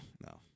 no